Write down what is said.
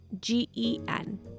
G-E-N